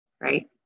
right